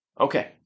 Okay